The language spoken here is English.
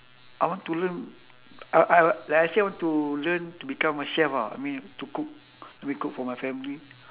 I want to learn I I like I say I want to learn to become a chef ah I mean to cook maybe cook for my family